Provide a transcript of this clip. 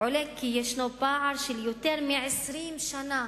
עולה כי יש פער של יותר מ-20 שנה